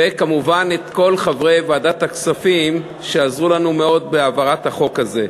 וכמובן את כל חברי ועדת הכספים שעזרו לנו מאוד בהעברת החוק הזה.